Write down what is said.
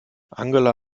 angela